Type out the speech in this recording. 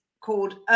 called